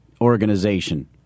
organization